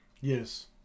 yes